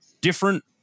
different